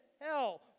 hell